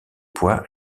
poix